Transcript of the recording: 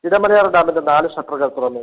ഇടമലയാർ ഡാമിന്റെ നാല് ഷട്ടറുകൾ തുറന്നു